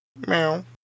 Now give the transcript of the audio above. Meow